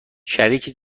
شریک